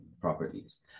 properties